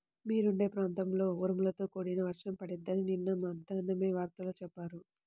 మీరుండే ప్రాంతంలో ఉరుములతో కూడిన వర్షం పడిద్దని నిన్న మద్దేన్నం వార్తల్లో చెప్పారు